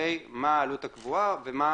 לגבי מה העלות הקבועה, ומה